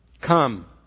come